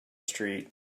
street